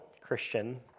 Christian